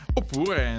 oppure